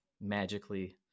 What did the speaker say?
magically